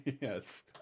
Yes